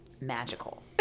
magical